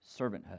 servanthood